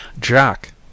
Jack